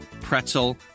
pretzel